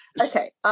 Okay